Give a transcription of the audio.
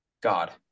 God